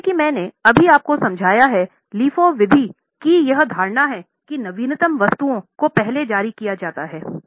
जैसा कि मैंने अभी आपको समझाया है LIFO विधि कि यह धारणा है कि नवीनतम वस्तुओं को पहले जारी किया जाता है